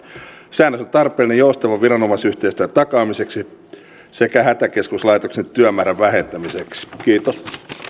säännös on tarpeellinen joustavan viranomaisyhteistyön takaamiseksi sekä hätäkeskuslaitoksen työmäärän vähentämiseksi kiitos